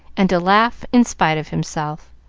and to laugh in spite of himself.